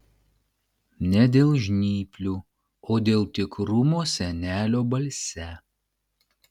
ne dėl žnyplių o dėl tikrumo senelio balse